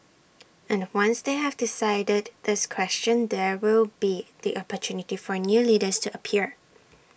and once they have decided this question there will be the opportunity for new leaders to appear